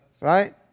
right